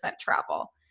travel